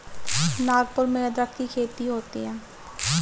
नागपुर में अदरक की खेती होती है